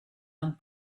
and